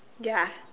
ya